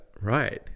right